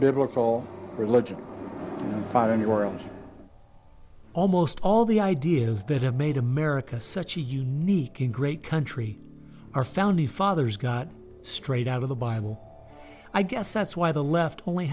biblical religion and find anywhere else almost all the ideas that have made america such a unique and great country our founding fathers got straight out of the bible i guess that's why the left only